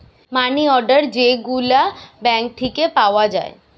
মানি order যে গুলা bank থিকে পাওয়া যায়